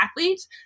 athlete